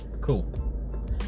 cool